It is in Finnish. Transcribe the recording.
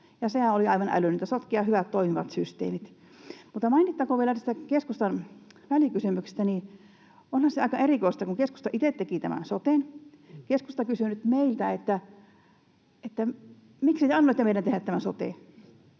sehän oli aivan älytöntä sotkea hyvät, toimivat systeemit. Mainittakoon vielä tästä keskustan välikysymyksestä, että onhan se aika erikoista, kun keskusta itse teki tämän soten, niin keskusta kysyy nyt meiltä: ”Miksi te annoitte meidän tehdä tämän soten?”